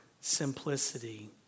simplicity